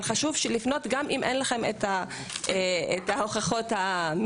אבל חשוב לפנות גם אם אין לכם את ההוכחות המדויקות.